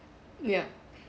ya